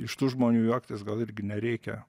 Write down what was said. iš tų žmonių juoktis gal irgi nereikia